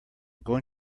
going